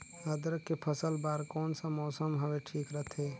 अदरक के फसल बार कोन सा मौसम हवे ठीक रथे?